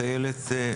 איילת,